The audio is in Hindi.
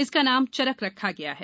इसका नाम चरक रखा गया है